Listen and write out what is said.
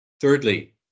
Thirdly